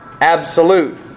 absolute